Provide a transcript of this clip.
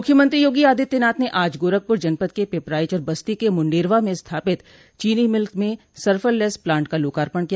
मुख्यमंत्री योगी आदित्यनाथ ने आज गोरखपुर जनपद के पिपराइच और बस्ती के मुंडेरवा में स्थापित चीनी मिल में सल्फरलेस प्लांट का लोकार्पण किया